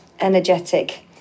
energetic